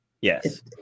Yes